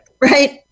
Right